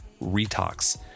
Retox